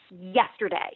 yesterday